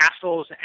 castles